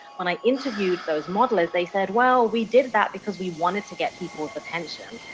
when i interviewed those modelers they said, well we did that because we wanted to get people's attention.